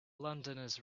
londoners